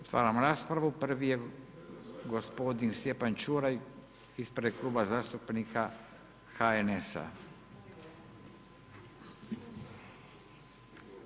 Otvaram raspravu, prvi je gospodin Stjepan Čuraj, ispred Kluba zastupnika HNS-a.